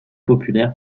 populaire